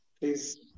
Please